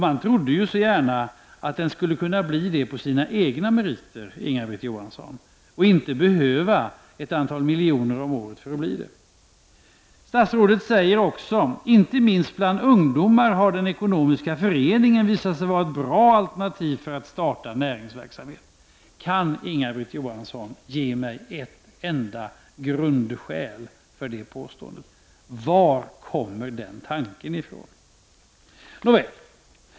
Man trodde så gärna att den skulle bli det på sina egna meriter, Inga-Britt Johansson, och inte behöva ett antal miljoner om året för att kunna bli det. Statsrådet hävdar också att den ekonomiska föreningen inte minst bland ungdomar har visat sig vara ett bra alternativ för att starta näringsverksamhet. Kan Inga-Britt Johansson ge mig ett enda grundskäl för det påståendet? Var kommer den tanken från? Nåväl.